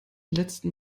letzten